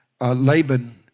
Laban